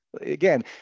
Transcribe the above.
Again